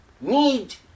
need